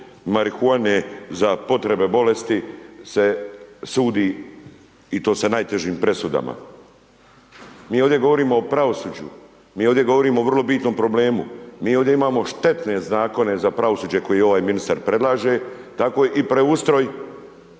marihuane za potrebe bolesti se sudi i to sa najtežim presudama. Mi ovdje govorimo o pravosuđu, mi ovdje govorimo o vrlo bitnom problemu, mi ovdje imamo štetne zakone za pravosuđe koje ovaj ministar predlaže tako i preustroj